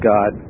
God